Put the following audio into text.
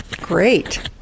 great